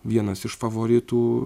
vienas iš favoritų